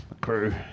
crew